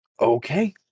Okay